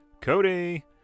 Cody